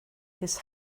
his